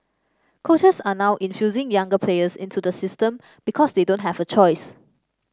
coaches are now infusing younger players into the system because they don't have a choice